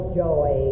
joy